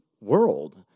world